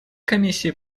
комиссии